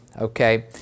okay